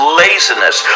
laziness